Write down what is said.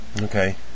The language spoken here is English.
Okay